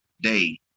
day